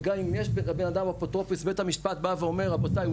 וגם אם יש לאדם אפוטרופוס בית המשפט בא ואומר רבותיי הוא